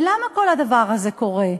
ולמה כל הדבר הזה קורה?